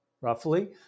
roughly